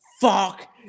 fuck